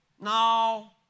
No